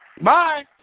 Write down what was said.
bye